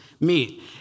Meet